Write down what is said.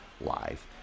live